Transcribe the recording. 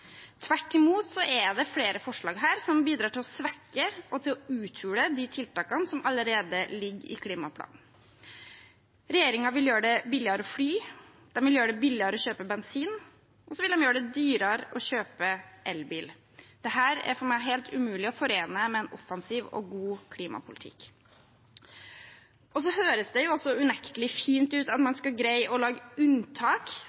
Tvert imot er det flere forslag her som bidrar til å svekke og til å uthule de tiltakene som allerede ligger i klimaplanen. Regjeringen vil gjøre det billigere å fly, den vil gjøre det billigere å kjøpe bensin, og så vil den gjøre det dyrere å kjøpe elbil. Dette er for meg helt umulig å forene med en offensiv og god klimapolitikk. Så høres det unektelig fint ut at man skal greie å lage unntak